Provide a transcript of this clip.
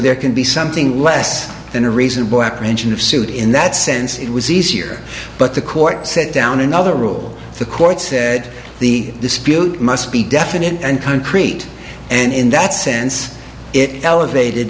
there can be something less than a reasonable apprehension of suit in that sense it was easier but the court set down another rule the courts said the dispute must be definite and concrete and in that sense it elevated